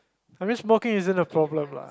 I mean small case isn't a problem lah